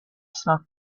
smoke